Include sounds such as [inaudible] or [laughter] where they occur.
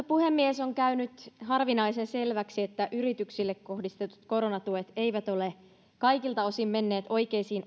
[unintelligible] puhemies on käynyt harvinaisen selväksi että yrityksille kohdistetut koronatuet eivät ole kaikilta osin menneet oikeisiin